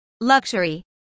Luxury